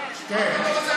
תהיה עצמאות לבתי משפט,